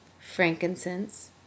frankincense